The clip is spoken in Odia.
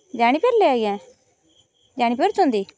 ଜାଣିପାରିଲେ ଆଜ୍ଞା ଜାଣିପାରୁଛନ୍ତି